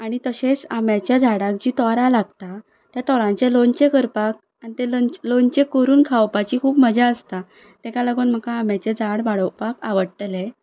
आनी तशेंच आंब्याच्या झाडाक जीं तोरां लागतात त्या तोरांचें लोणचें करपाक आनी तें लोणचें करून खावपाची खूब मजा आसता ताका लागून म्हाका आंब्याचें झाड वाडोवपाक आवडटलें